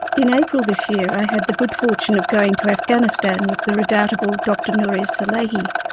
in april this year, i had the good fortune of going to afghanistan with the redoubtable dr nouria salehi,